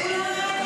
אולי,